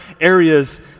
areas